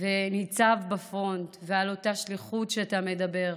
וניצב בפרונט, ועל אותה שליחות שאתה מדבר עליה,